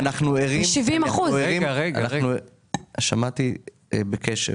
שמעתי בקשב.